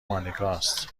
مانیکاست